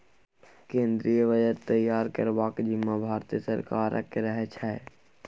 केंद्रीय बजट तैयार करबाक जिम्माँ भारते सरकारक रहै छै